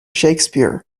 shakespeare